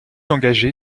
engagé